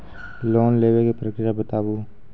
Loan लेवे के प्रक्रिया बताहू?